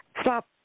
Stop